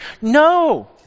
No